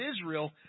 Israel